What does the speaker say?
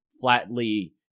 flatly